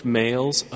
males